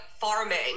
farming